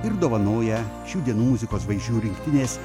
ir dovanoja šių dienų muzikos žvaigždžių rinktinės